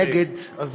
נגד, מספיק.